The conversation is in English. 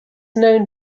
known